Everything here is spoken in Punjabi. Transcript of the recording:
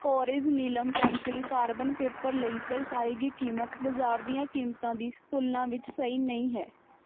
ਕੌਰਿਜ਼ ਨੀਲਮ ਪੈਨਸਿਲ ਕਾਰਬਨ ਪੇਪਰ ਲਈ ਦਰਸਾਈ ਗਈ ਕੀਮਤ ਬਾਜ਼ਾਰ ਦੀਆਂ ਕੀਮਤਾਂ ਦੀ ਤੁਲਨਾ ਵਿੱਚ ਸਹੀ ਨਹੀ ਹੈ